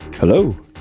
Hello